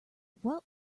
what